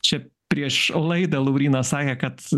čia prieš laidą lauryna sakė kad